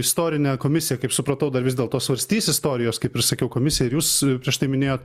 istorinė komisija kaip supratau dar vis dėlto svarstys istorijos kaip ir sakiau komisija ir jūs prieš tai minėjote